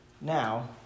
Now